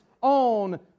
on